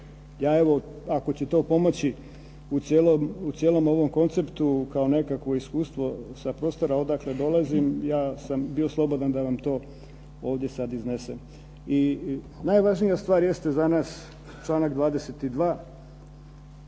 Ja evo, ako će to pomoći u cijelom ovom konceptu kao nekakvo iskustvo sa prostora odakle dolazim, ja sam bio slobodan da vam to ovdje sad iznesem. I najvažnija stvar jeste za nas članak 22.